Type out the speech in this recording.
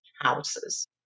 houses